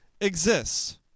exists